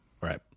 right